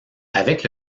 avec